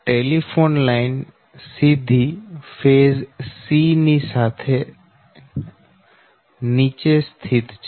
telephone line સીધી phase C ની નીચે સ્થિત છે